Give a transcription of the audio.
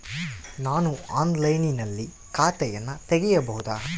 ನಾನು ಆನ್ಲೈನಿನಲ್ಲಿ ಖಾತೆಯನ್ನ ತೆಗೆಯಬಹುದಾ?